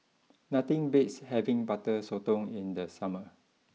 nothing beats having Butter Sotong in the summer